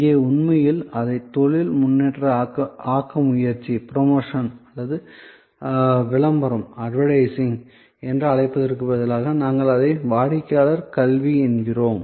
இங்கே உண்மையில் அதை தொழில் முன்னேற்ற ஆக்க முயற்சி அல்லது விளம்பரம் என்று அழைப்பதற்கு பதிலாக நாங்கள் அதை வாடிக்கையாளர் கல்வி என்கிறோம்